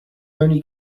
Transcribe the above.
only